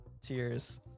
tears